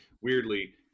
weirdly